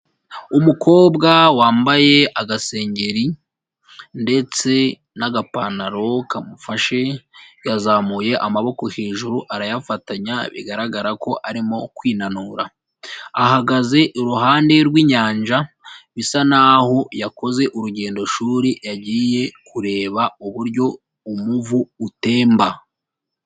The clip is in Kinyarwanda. Umukobwa wambaye agaseri ndetse n'agapantaro kamufashe yazamuye amaboko hejuru arayafatanya bigaragara ko arimo kwinanura ahagaze iruhande rw'inyanja bisa naho yakoze urugendo shuri yagiye kureba uburyo umuvu utemba.